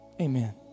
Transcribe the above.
Amen